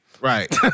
Right